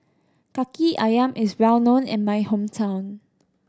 Kaki Ayam is well known in my hometown